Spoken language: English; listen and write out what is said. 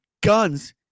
guns